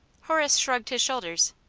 horace shrugged his shoulders.